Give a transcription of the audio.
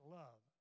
love